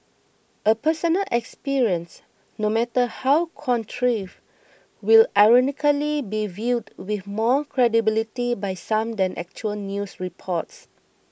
a personal experience no matter how contrived will ironically be viewed with more credibility by some than actual news reports